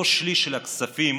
אותו שליש של הכספים,